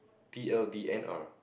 T_L_D_N_R